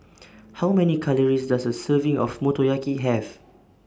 How Many Calories Does A Serving of Motoyaki Have